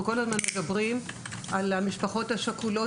אנחנו כל הזמן מדברים על המשפחות השכולות